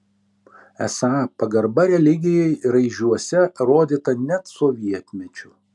esą pagarba religijai raižiuose rodyta net sovietmečiu